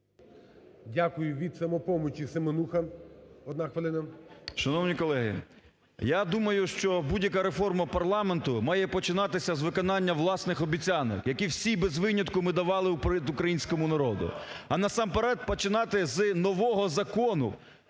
Дякую. Від "Самопомочі" – Семенуха, одна хвилина. 13:42:39 СЕМЕНУХА Р.С. Шановні колеги! Я думаю, що будь-яка реформа парламенту має починатися з виконання власних обіцянок, які всі без винятку ми давали українському народу, а насамперед починати з нового закону,